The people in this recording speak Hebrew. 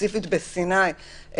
וספציפית בסיני,